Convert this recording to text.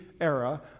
era